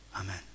amen